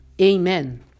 Amen